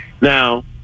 Now